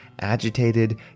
agitated